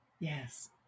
Yes